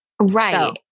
Right